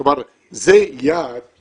זה יעד